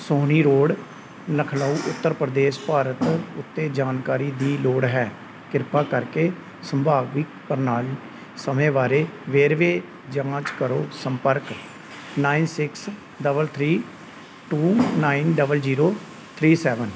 ਛਾਉਣੀ ਰੋਡ ਲਖਨਊ ਉੱਤਰ ਪ੍ਰਦੇਸ਼ ਭਾਰਤ ਉੱਤੇ ਜਾਣਕਾਰੀ ਦੀ ਲੋੜ ਹੈ ਕਿਰਪਾ ਕਰਕੇ ਸੰਭਾਵਿਤ ਪ੍ਰਣਾਲੀ ਸਮੇਂ ਬਾਰੇ ਵੇਰਵੇ ਜਾਂਚ ਕਰੋ ਸੰਪਰਕ nine six double three two nine double zero three seven